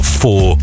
four